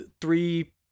three